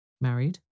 Married